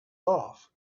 off